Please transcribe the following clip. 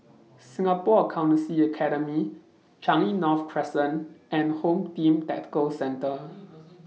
Singapore Accountancy Academy Changi North Crescent and Home Team Tactical Centre